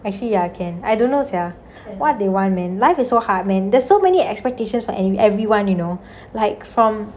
actually ya can I don't know sia what they want then life is so hard man there's so many expectations for any everyone you know like from